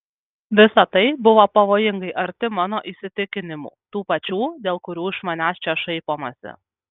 visa tai buvo pavojingai arti mano įsitikinimų tų pačių dėl kurių iš manęs čia šaipomasi